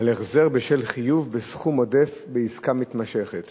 על החזר בשל חיוב בסכום עודף בעסקה מתמשכת.